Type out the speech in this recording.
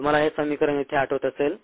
तुम्हाला हे समीकरण इथे आठवत असेल